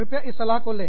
कृपया इस सलाह को ले